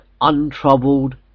untroubled